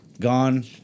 gone